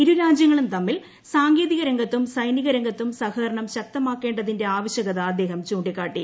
ഇരുരാജ്യങ്ങളും തമ്മിൽ സാങ്കേതികരംഗത്തും സൈനിക രംഗത്തും സഹകരണം ശക്തമാക്കേ തിന്റെ ആവശ്യകത അദ്ദേഹം ചൂ ിക്കാട്ടി